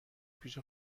پیش